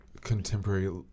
contemporary